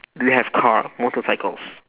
do you have car motorcycles